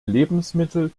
lebensmittel